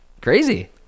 crazy